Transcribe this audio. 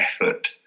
effort